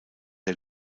der